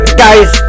guys